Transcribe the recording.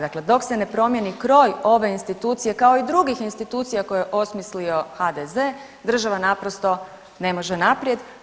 Dakle, dok se ne promijeni kroj ove institucije kao i drugih institucija koje je osmislio HDZ država naprosto ne može naprijed.